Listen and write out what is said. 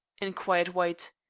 inquired white.